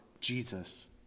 Jesus